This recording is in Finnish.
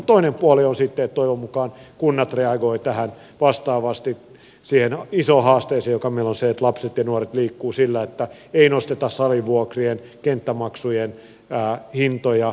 toinen puoli on sitten että toivon mukaan kunnat reagoivat vastaavasti siihen isoon haasteeseen joka meillä on se että lapset ja nuoret liikkuvat sillä että ei nosteta salivuokrien ja kenttämaksujen hintoja